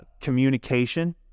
Communication